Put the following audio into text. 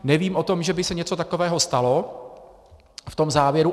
Nevím o tom, že by se něco takového stalo v tom závěru.